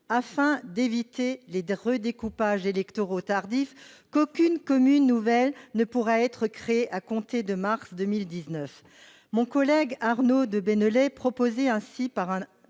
afin d'éviter les redécoupages électoraux tardifs, qu'aucune commune nouvelle ne pourra être créée à compter de mars 2019 ? Mon collègue Arnaud de Belenet a ainsi